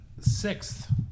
sixth